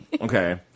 okay